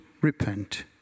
repent